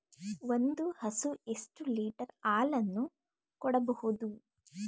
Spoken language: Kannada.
ಒಂದು ಹಸು ಎಷ್ಟು ಲೀಟರ್ ಹಾಲನ್ನು ಕೊಡಬಹುದು?